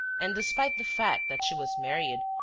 and despite the fact that she was married,